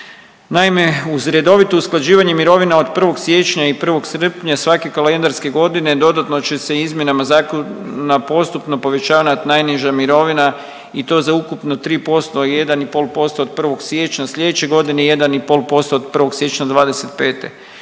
Naime, uz redovito usklađivanje mirovina od 1. siječnja i 1. srpnja svake kalendarske godine dodatno će se izmjenama zakona postupno povećavati najniža mirovina i to za ukupno 3%, 1 i pol posto od 1. siječnja sljedeće godine i 1 i pol posto od 1.